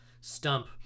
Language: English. stump